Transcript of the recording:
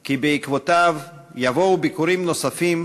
כי בעקבותיו יבואו ביקורים נוספים,